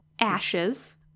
ashes